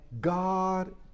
God